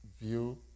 view